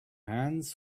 hands